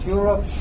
Europe